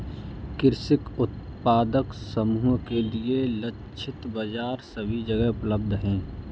कृषक उत्पादक समूह के लिए लक्षित बाजार सभी जगह उपलब्ध है